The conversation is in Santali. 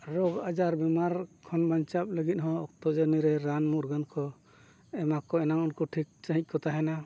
ᱨᱳᱜᱽ ᱟᱡᱟᱨ ᱵᱮᱢᱟᱨ ᱠᱷᱚᱱ ᱵᱟᱧᱪᱟᱜ ᱞᱟᱹᱜᱤᱫ ᱦᱚᱸ ᱚᱠᱛᱚ ᱡᱟᱹᱱᱤᱨᱮ ᱨᱟᱱ ᱢᱩᱨᱜᱟᱹᱱ ᱠᱚ ᱮᱢᱟᱠᱚ ᱮᱱᱟᱝ ᱩᱱᱠᱩ ᱴᱷᱤᱠ ᱥᱟᱺᱦᱤᱡ ᱠᱚ ᱛᱟᱦᱮᱱᱟ